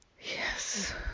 Yes